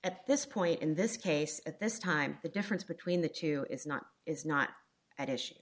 at this point in this case at this time the difference between the two is not is not at issue